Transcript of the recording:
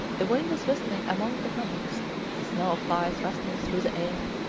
the wind is whistling among the hummocks, the snow flies rustling through the air,